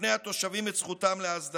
מפני התושבים את זכותם להסדרה.